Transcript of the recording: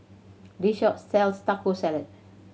this shop sells Taco Salad